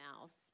else